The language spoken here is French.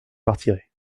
partirai